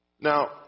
now